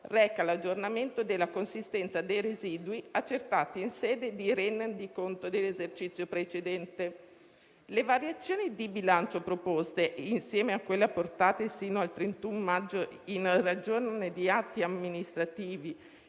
reca l'aggiornamento della consistenza dei residui accertati in sede di rendiconto dell'esercizio precedente. Le variazioni di bilancio proposte, insieme a quelle apportate fino al 31 maggio in ragione di atti amministrativi,